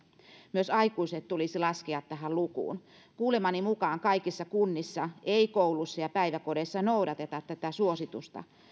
myös aikuiset tulisi laskea tähän lukuun kuulemani mukaan kaikissa kunnissa koulussa ja päiväkodeissa ei noudateta tätä suositusta